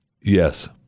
Yes